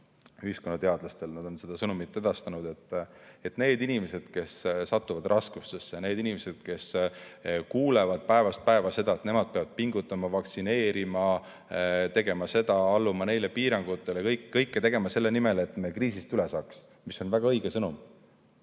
Ühiskonnateadlased on seda sõnumit edastanud, et need inimesed, kes satuvad raskustesse, need inimesed, kes kuulevad päevast päeva seda, et nemad peavad pingutama, vaktsineerima, alluma neile piirangutele, kõike seda tegema selle nimel, et me kriisist üle saaks – see on väga õige sõnum